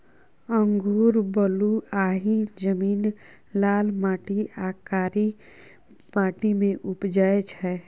अंगुर बलुआही जमीन, लाल माटि आ कारी माटि मे उपजै छै